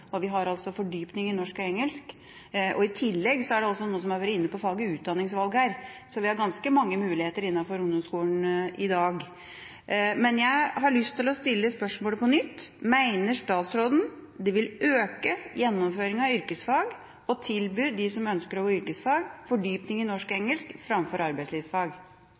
fordypning i norsk og engelsk. I tillegg er det noen som har vært inne på faget utdanningsvalg her. Så vi har ganske mange muligheter innenfor ungdomsskolen i dag. Men jeg har lyst til å stille spørsmålet på nytt: Mener statsråden det vil øke gjennomføringa av yrkesfag å tilby dem som ønsker å gå yrkesfag, fordypning i norsk og engelsk framfor arbeidslivsfag?